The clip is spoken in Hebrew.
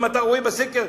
אם אתה רואה בסקר,